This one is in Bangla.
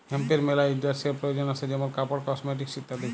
হেম্পের মেলা ইন্ডাস্ট্রিয়াল প্রয়জন আসে যেমন কাপড়, কসমেটিকস ইত্যাদি